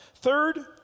Third